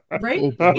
Right